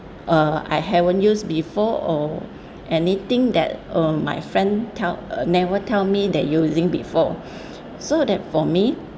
uh I haven't use before or anything that uh my friend tell uh never tell me they using before so that for me